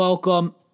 Welcome